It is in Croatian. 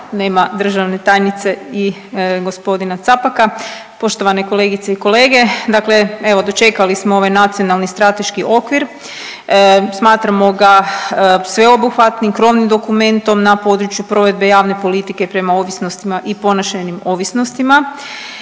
nema državne tajnice i g. Capaka, poštovane kolegice i kolege. Dakle, evo, dočekali smo ovaj nacionalni strateški okvir. Smatramo ga sveobuhvatnim krovnim dokumentom na području provedbe javne politike prema ovisnostima i ponašajnim ovisnostima.